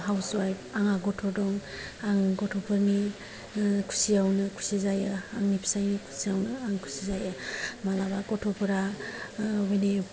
house wife आंहा गथ' दं आं गथ'फोरनि खुसियावनो खुसि जायो आंनि फिसायनि खुसियावनो आं खुसि जायो मालाबा गथ'फोरा बिनि